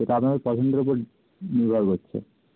সেটা আপনাদের পছন্দের উপর নির্ভর করছে